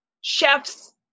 chefs